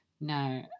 No